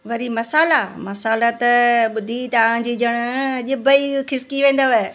वरी मसाला मसाला त ॿुधी तव्हांजी ॼण ॼिभ ई खिसकी वेंदव